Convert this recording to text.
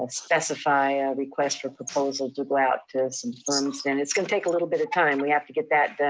specify a request for proposals to go out to some firms. and it's gonna take a little bit of time. we have to get that done.